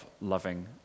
loving